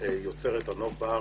יוצרת הנוף בארץ.